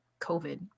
COVID